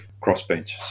crossbench